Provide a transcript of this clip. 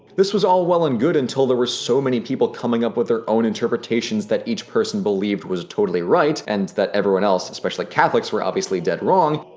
this was all well and good until there were so many people coming up with their own interpretations that each person believed was totally right and that everyone else, especially catholics, were obviously dead wrong,